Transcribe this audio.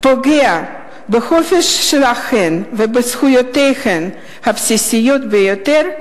פוגע בחופש שלהן ובזכויותיהן הבסיסיות ביותר,